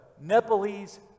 Nepalese